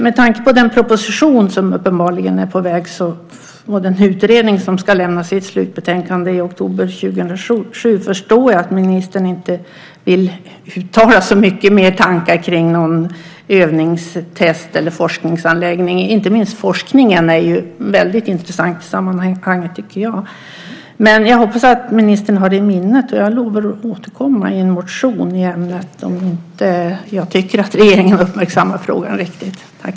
Med tanke på den proposition som uppenbarligen är på väg och den utredning som ska lämna sitt slutbetänkande i oktober 2007 förstår jag att ministern inte vill uttala så mycket mer tankar kring någon övnings-, test eller forskningsanläggning - inte minst forskningen är väldigt intressant i sammanhanget, tycker jag. Jag hoppas att ministern har det i minnet. Jag lovar att återkomma i en motion om jag inte tycker att regeringen riktigt har uppmärksammat frågan.